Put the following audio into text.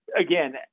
again